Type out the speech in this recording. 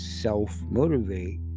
self-motivate